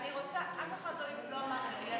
אף אחד לא אמר לי.